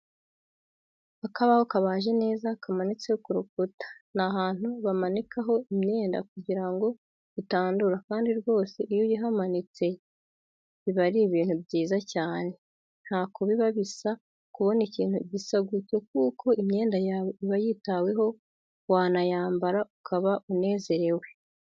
Akabaho kabaje neza kamanitse ku rukuta, ni ahantu bamanikaho imyenda kugira ngo itandura kandi rwose iyo uyihamanitse, biba ari ibintu byiza cyane ntako biba bisa kubona ikintu gisa gutyo kuko imyenda yawe iba yitaweho wanayambara ukaba unezerewe.